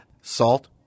salt